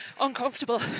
uncomfortable